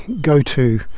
go-to